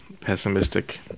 pessimistic